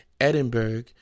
edinburgh